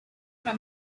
from